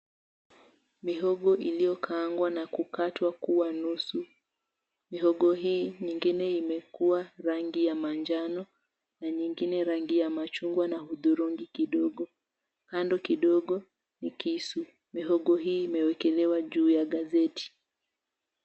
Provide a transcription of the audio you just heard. Mihogo iliyokaangwa na kukatwa kuwa nusu. Mihogo hii ingine imekua rangi ya manjano na nyingine rangi ya machungwa na hudhurungi kidogo, kando kidogo ni kisu. Mihogo hii imewekelewa juu ya gazeti.